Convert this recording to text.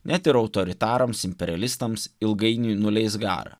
net ir autoritarams imperialistams ilgainiui nuleis garą